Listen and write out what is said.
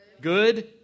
good